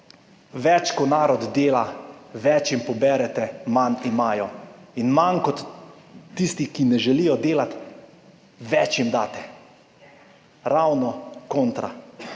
Več kot narod dela, več jim poberete, manj imajo – manj kot tisti, ki ne želijo delati, tistim daste več, ravno kontra.